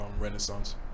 Renaissance